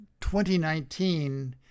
2019